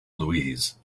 louise